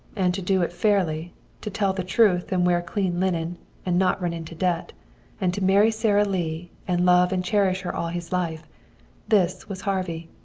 and to do it fairly to tell the truth and wear clean linen and not run into debt and to marry sara lee and love and cherish her all his life this was harvey.